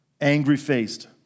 angry-faced